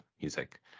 music